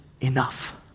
enough